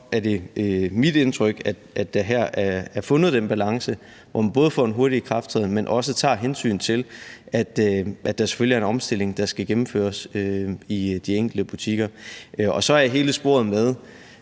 er det mit indtryk, at der her er fundet den balance, hvor man både får en hurtig ikrafttræden, men også tager hensyn til, at der selvfølgelig er en omstilling, der skal gennemføres i de enkelte butikker. Så er der hele sporet med,